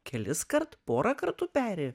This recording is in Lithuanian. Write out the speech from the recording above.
keliskart porą kartų peri